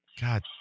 God